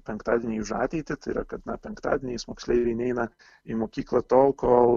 penktadieniai už ateitį tai yra kad na penktadieniais moksleiviai neina į mokyklą tol kol